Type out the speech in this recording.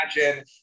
imagine